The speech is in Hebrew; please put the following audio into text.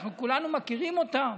אנחנו כולנו מכירים אותם.